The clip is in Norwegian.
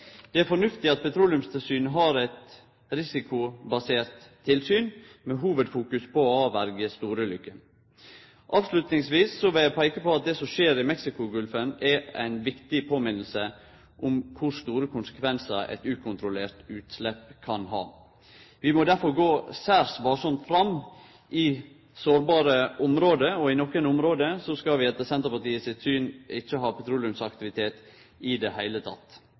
Det er fornuftig at Petroleumstilsynet har eit risikobasert tilsyn med hovudfokus på å hindre store ulykker. Avslutningsvis vil eg peike på at det som skjer i Mexicogolfen, er ei viktig påminning om kor store konsekvensar eit ukontrollert utslepp kan ha. Vi må derfor gå særs varsamt fram i sårbare område, og i nokre område skal vi etter Senterpartiet sitt syn ikkje ha petroleumsaktivitet i det heile.